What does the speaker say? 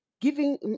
giving